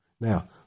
Now